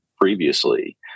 previously